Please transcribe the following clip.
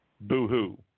boo-hoo